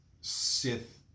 Sith